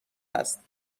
است